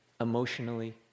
emotionally